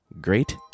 great